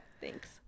thanks